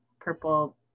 purple